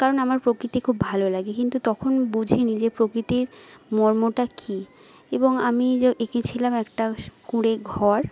কারণ আমার প্রকৃতি খুব ভালো লাগে কিন্তু তখন বুঝিনি যে প্রকৃতির মর্মটা কী এবং আমি যো এঁকেছিলাম একটা কুঁড়ে ঘর